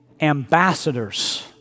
Ambassadors